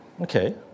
okay